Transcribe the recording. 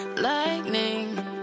Lightning